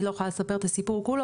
אני לא יכולה לספר את הסיפור כולו,